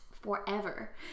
forever